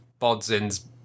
Bodzin's